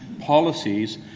policies